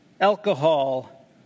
alcohol